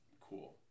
cool